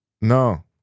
No